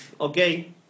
okay